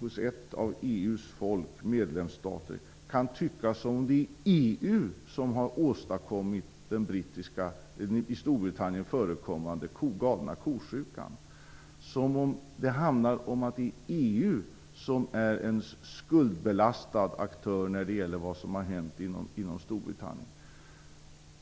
för ett av EU:s folk och medlemsländer kan tyckas som om det är EU som har åstadkommit den i Storbritannien förekommande "galna ko-sjukan", som om EU skulle vara en skuldbelastad aktör när det gäller vad som har hänt inom Storbritannien.